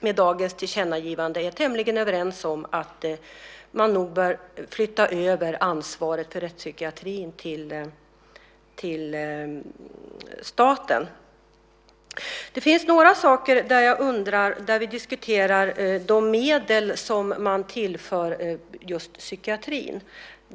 Med dagens tillkännagivande är vi också tämligen överens om att man bör flytta över ansvaret för rättspsykiatrin till staten. Det finns några saker som jag undrar över. Vi diskuterar de medel som man tillför just psykiatrin.